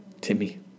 Timmy